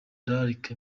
d’arc